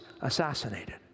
assassinated